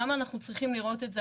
למה אנחנו צריכים לראות את זה?